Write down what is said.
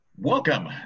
Welcome